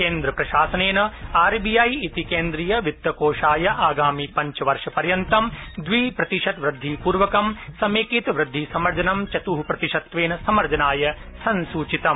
केन्द्रप्रशासनेन R B I इति केन्द्रीय वित्त कोषाय आगामि पंचवर्षपर्यन्तं द्विप्रतिशत् वृद्धि पूर्वकं समेकितवृद्धिसमर्जनं चतु प्रतिशत्वेन समर्जनाय संसूचितम्